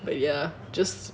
but ya just